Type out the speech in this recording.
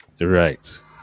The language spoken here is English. Right